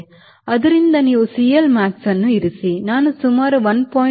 ಆದ್ದರಿಂದ ನೀವು ಸಿಎಲ್ಮ್ಯಾಕ್ಸ್ ಅನ್ನು ಇರಿಸಿ ನಾನು ಸುಮಾರು 1